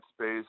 space